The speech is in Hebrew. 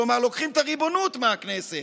כלומר לוקחים את הריבונות מהכנסת,